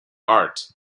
art